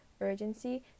urgency